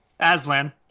Aslan